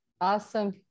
Awesome